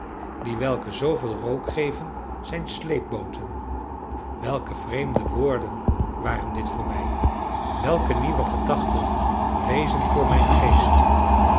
die welke zooveel rook geven zijn sleepbooten welke vreemde woorden waren dit voor mij welke nieuwe gedachten rezen voor mijn geest